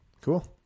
cool